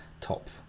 top